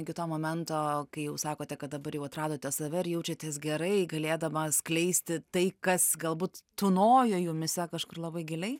iki to momento kai jau sakote kad dabar jau atradote save ir jaučiatės gerai galėdama atskleisti tai kas galbūt tūnojo jumyse kažkur labai giliai